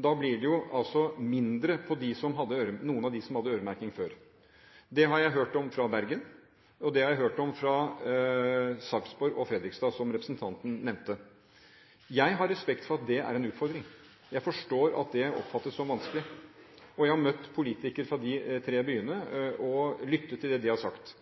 Da blir det jo mindre på noen av dem som hadde øremerking før. Det har jeg hørt om fra Bergen, og det har jeg hørt om fra Sarpsborg og Fredrikstad, som representanten nevnte. Jeg har respekt for at det er en utfordring. Jeg forstår at det oppfattes som vanskelig. Jeg har møtt politikere fra disse tre byene og lyttet til det de har sagt.